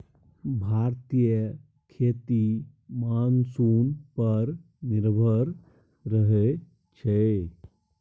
भारतीय खेती मानसून पर निर्भर रहइ छै